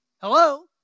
Hello